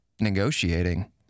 negotiating